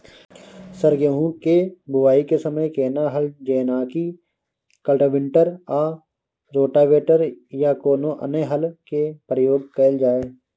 Sir गेहूं के बुआई के समय केना हल जेनाकी कल्टिवेटर आ रोटावेटर या कोनो अन्य हल के प्रयोग कैल जाए?